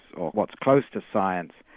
or what's close to science,